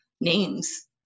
names